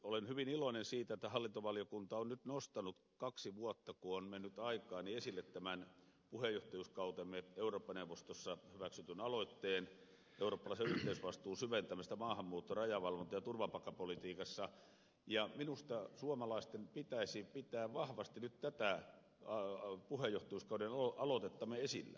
olen hyvin iloinen siitä että hallintovaliokunta on nyt kun kaksi vuotta on mennyt aikaa nostanut esille tämän puheenjohtajuuskautemme eurooppa neuvostossa hyväksytyn aloitteen eurooppalaisen yhteisvastuun syventämisestä maahanmuutto rajavalvonta ja turvapaikkapolitiikassa ja minusta suomalaisten pitäisi pitää vahvasti nyt tätä puheenjohtajuuskautemme aloitetta esillä